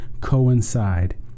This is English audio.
coincide